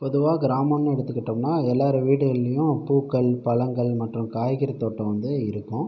பொதுவா கிராமம்னு எடுத்துக்கிட்டோம்னா எல்லோரு வீட்டுகள்லேயும் பூக்கள் பழங்கள் மற்றும் காய்கறி தோட்டம் வந்து இருக்கும்